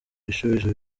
ibisubizo